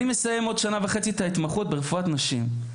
אני מסיים עוד שנה וחצי את ההתמחות ברפואת נשים.